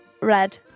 Red